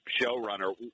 showrunner